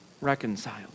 reconciled